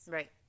Right